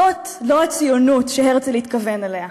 זאת לא הציונות שהרצל התכוון אליה.